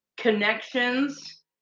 connections